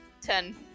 ten